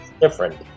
different